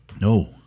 No